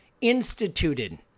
instituted